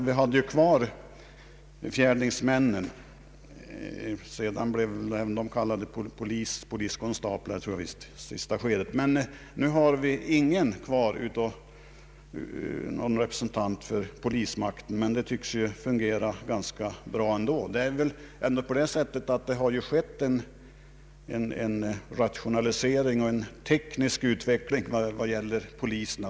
Vi hade kvar fjärdingsmännen, som senare blev kallade poliskonstaplar. Nu har vi i kommunen inte någon representant för polismakten, men det tycks fungera ganska bra ändå. En rationalisering och en teknisk utveckling av polisens arbete har skett.